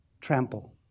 Trample